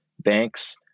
banks